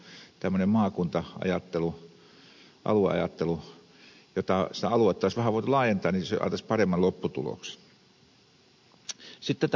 lauri oinonen aikaisemmin jotta tämmöinen maakunta ajattelu alueajattelu jos aluetta olisi vähän voitu laajentaa antaisi paremman lopputuloksen